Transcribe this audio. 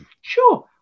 sure